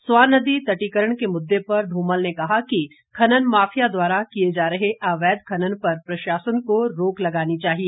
स्वां नदी तटीयकरण के मुददे पर ध्रमल ने कहा कि खनन माफिया द्वारा किए जा रहे अवैध खनन पर प्रशासन को रोक लगानी चाहिए